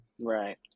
Right